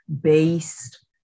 based